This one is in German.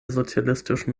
sozialistischen